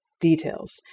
details